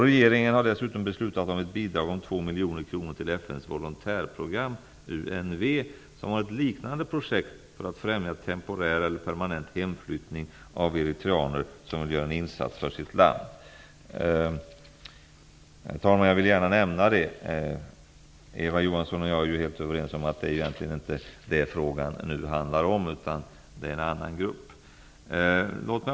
Regeringen har dessutom beslutat om ett bidrag om 2 miljoner kronor till FN:s volontärprogram, UNV, som har ett liknande projekt för att främja temporär eller permanent hemflyttning av eritreaner som vill göra en insats för sitt land. Herr talman! Jag ville gärna nämna detta, men Eva Johansson och jag är ju helt överens om att det egentligen inte är dessa eritreaner som det handlar om, utan det handlar om en annan grupp.